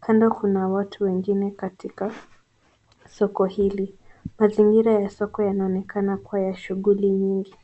Kando kuna watu wengine katika soko hili. Mazingira ya soko yanaonekana kuwa ya shughuli nyingi.